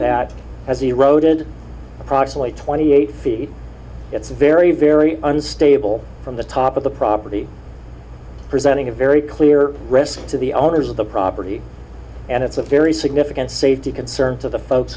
that has eroded approximately twenty eight feet it's very very unstable from the top of the property presenting a very clear risk to the owners of the property and it's a very significant safety concerns of the folks